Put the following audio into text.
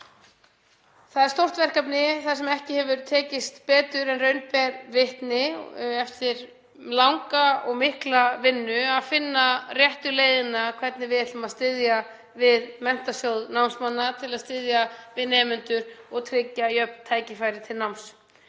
Það er stórt verkefni þar sem ekki hefur tekist betur en raun ber vitni eftir langa og mikla vinnu að finna réttu leiðirnar að því hvernig við ætlum að styðja við Menntasjóð námsmanna og styðja við nemendur og tryggja jöfn tækifæri til náms.